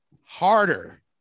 harder